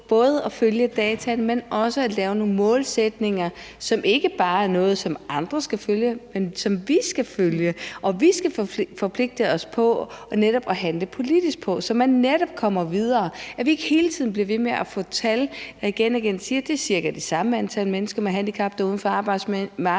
både til at følge data, men også at lave nogle målsætninger, som ikke bare er noget, som andre skal følge, men som vi skal følge, og som vi skal forpligte os til netop at handle politisk på, så man netop kommer videre, så vi ikke hele tiden bliver ved med at få tal, der igen og igen siger, at det er cirka det samme antal mennesker med handicap, der er uden for arbejdsmarkedet,